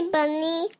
Bunny